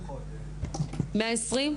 --- לא.